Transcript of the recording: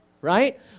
Right